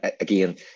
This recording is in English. again